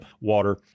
water